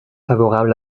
favorable